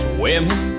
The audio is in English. women